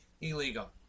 illegal